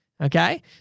Okay